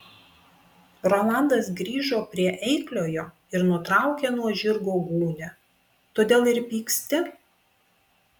rolandas grįžo prie eikliojo ir nutraukė nuo žirgo gūnią todėl ir pyksti